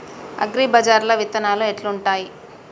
అగ్రిబజార్ల విత్తనాలు ఎట్లుంటయ్?